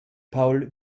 paul